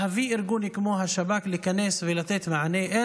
להביא ארגון כמו השב"כ להיכנס ולתת מענה,